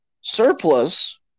surplus